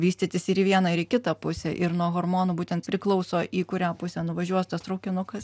vystytis ir į vieną ir į kitą pusę ir nuo hormonų būtent priklauso į kurią pusę nuvažiuos tas traukinukas